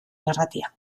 irratia